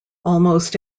almost